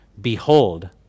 Behold